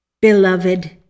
Beloved